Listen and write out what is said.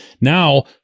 Now